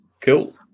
cool